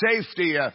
Safety